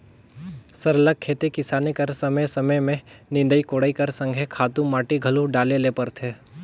सरलग खेती किसानी कर समे समे में निंदई कोड़ई कर संघे खातू माटी घलो डाले ले परथे